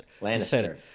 Lannister